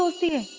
so thief